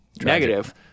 negative